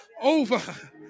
over